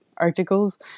articles